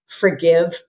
forgive